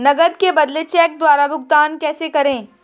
नकद के बदले चेक द्वारा भुगतान कैसे करें?